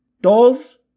Dolls